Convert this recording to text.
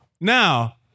Now